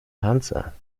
panzer